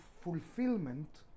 fulfillment